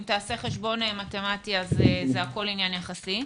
אם תעשה חשבון מתמטי זה הכל עניין יחסי.